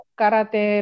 karate